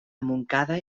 montcada